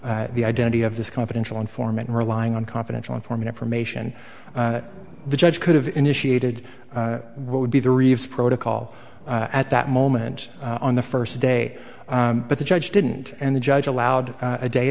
was the identity of this confidential informant relying on confidential informant information the judge could have initiated what would be the reeves protocol at that moment on the first day but the judge didn't and the judge allowed a day